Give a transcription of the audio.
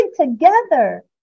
together